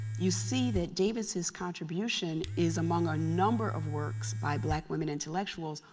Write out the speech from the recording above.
you see that davis' contribution is among a number of works by black women intellectuals,